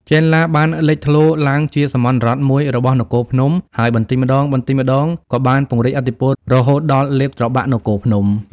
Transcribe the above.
ចេនឡា បានលេចធ្លោឡើងជាសាមន្តរដ្ឋមួយរបស់នគរភ្នំ ហើយបន្តិចម្តងៗក៏បានពង្រីកឥទ្ធិពលរហូតដល់លេបត្របាក់នគរភ្នំ។